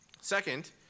Second